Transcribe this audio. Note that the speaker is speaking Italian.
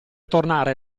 tornare